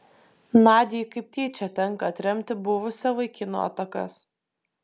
nadiai kaip tyčia tenka atremti buvusio vaikino atakas